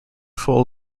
full